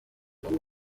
uru